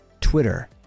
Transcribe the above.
Twitter